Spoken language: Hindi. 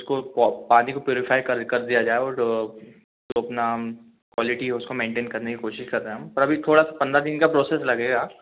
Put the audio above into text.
उसको पानी को प्युरिफाइ कर कर दिया जाए और वो अपना क्वालिटी है उसको मैन्टैन करनें की कोशिश कर रहे हैं हम सर अभी थोडा पंद्रह दिन का प्रोसेस लगेगा